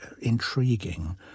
intriguing